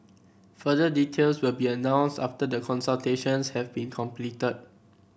further details will be announced after the consultations have been completed